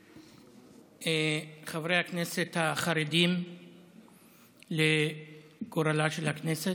חברי הכנסת החרדים לגורלה של הכנסת,